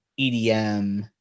EDM